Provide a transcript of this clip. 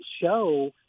show